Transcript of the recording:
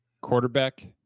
quarterback